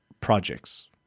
projects